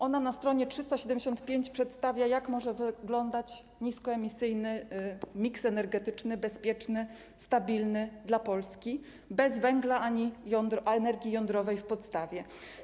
Ona na s. 375 przedstawia, jak może wyglądać niskoemisyjny miks energetyczny, bezpieczny, stabilny dla Polski, bez węgla czy energii jądrowej w podstawie.